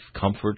comfort